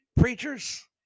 preachers